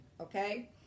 okay